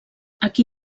aquí